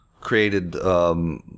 created –